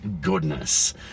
goodness